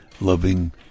loving